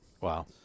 wow